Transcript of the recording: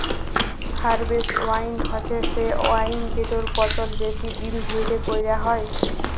harvest wine হছে সে wine যেটর পচল বেশি দিল ধ্যইরে ক্যইরা হ্যয়